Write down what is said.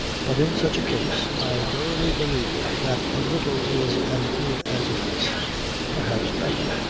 but in such a case i verify believe that a little is as good as a feast perhaps better.